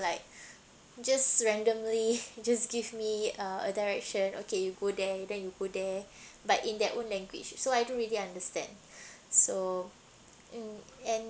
like just randomly just give me uh direction okay you go there then you go there but in their own language so I don't really understand so mm and